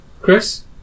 Chris